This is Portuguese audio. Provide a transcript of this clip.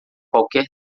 qualquer